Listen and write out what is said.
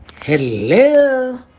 hello